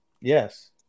Yes